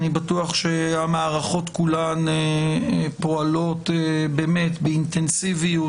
אני בטוח שהמערכות כולן פועלות באינטנסיביות